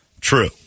True